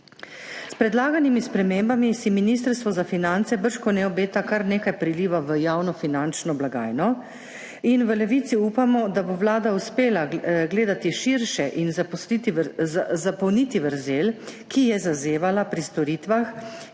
S predlaganimi spremembami si Ministrstvo za finance bržkone obeta kar nekaj priliva v javnofinančno blagajno in v Levici upamo, da bo Vlada uspela gledati širše in zapolniti vrzel, ki je zazevala pri storitvah,